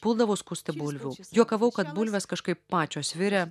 puldavau skusti bulvių juokavau kad bulvės kažkaip pačios virė